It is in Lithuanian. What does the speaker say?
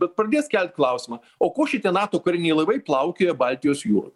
bet pradės kelt klausimą o ko šitie nato kariniai laivai plaukioja baltijos jūroj